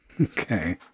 Okay